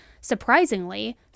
surprisingly